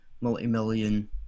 multi-million